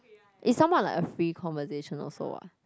it somewhat like a free conversation also what